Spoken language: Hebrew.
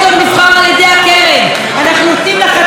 אנחנו נותנים לחתול לשמור על השמנת.